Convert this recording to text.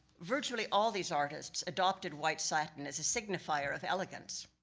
virtually, all these artists adopted white satin as a signifier of elegance.